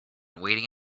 waiting